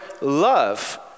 love